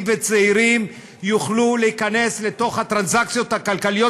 וצעירים יוכלו להיכנס לתוך הטרנזאקציות הכלכליות